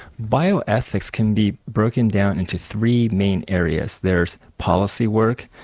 bioethics can be broken down into three main areas. there's policy work,